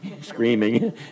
screaming